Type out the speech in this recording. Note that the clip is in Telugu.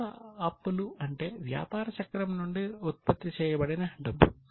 ప్రస్తుత అప్పులు అంటే వ్యాపార చక్రం నుండి ఉత్పత్తి చేయబడిన డబ్బు